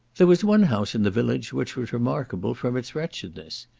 there was one house in the village which was remarkable from its wretchedness.